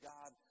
God